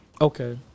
Okay